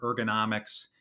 ergonomics